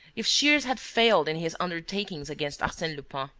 if shears had failed in his undertakings against arsene lupin,